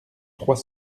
trois